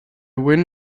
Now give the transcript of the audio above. win